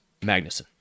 Magnuson